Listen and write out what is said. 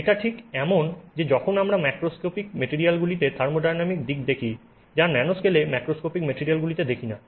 এটা ঠিক এমন যে যখন আমরা ম্যাক্রোস্কোপিক মেটেরিয়ালগুলিতে থার্মোডিনামিক দেখি যা ন্যানোস্কেলে মাইক্রোস্কোপিক মেটেরিয়ালগুলিতে দেখি না